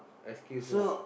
excuse lah